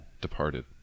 Departed